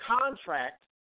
contract